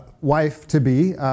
wife-to-be